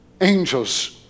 Angels